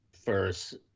first